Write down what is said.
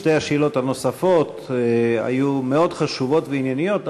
שתי השאלות הנוספות היו מאוד חשובות וענייניות,